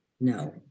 no